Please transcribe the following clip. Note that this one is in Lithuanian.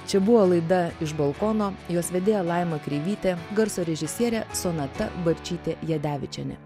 čia buvo laida iš balkono jos vedėja laima kreivytė garso režisierė sonata barčytė jadevičienė